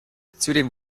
zudem